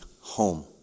home